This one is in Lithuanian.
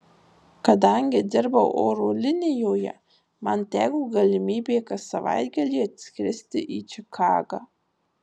kadangi dirbau oro linijoje man teko galimybė kas savaitgalį atskristi į čikagą